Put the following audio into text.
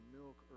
milk